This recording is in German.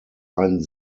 ein